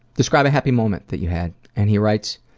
describe a happy moment that you had. and he writes,